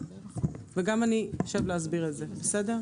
וגם אני אשב להסביר את זה, בסדר?